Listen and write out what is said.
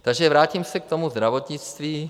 Takže vrátím se k tomu zdravotnictví.